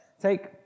Take